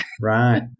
right